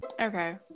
okay